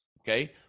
Okay